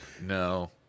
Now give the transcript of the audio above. no